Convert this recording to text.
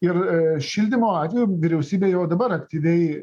ir šildymo atveju vyriausybė jau dabar aktyviai